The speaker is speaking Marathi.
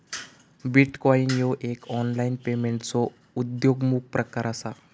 बिटकॉईन ह्यो एक ऑनलाईन पेमेंटचो उद्योन्मुख प्रकार असा